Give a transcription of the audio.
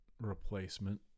replacement